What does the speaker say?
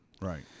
Right